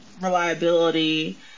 reliability